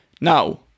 Now